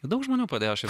daug žmonių padėjo šaip